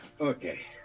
Okay